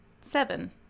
Seven